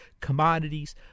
commodities